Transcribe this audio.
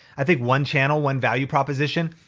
i think one channel one value proposition.